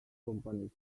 companies